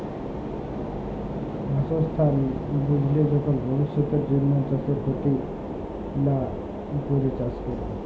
বাসস্থাল বুইঝে যখল ভবিষ্যতের জ্যনহে চাষের খ্যতি লা ক্যরে চাষ ক্যরা